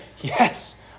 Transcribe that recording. yes